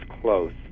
close